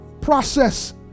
process